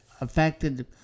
affected